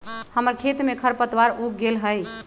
हमर खेत में खरपतवार उग गेल हई